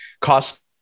cost